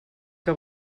que